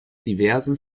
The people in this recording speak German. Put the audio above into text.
diversen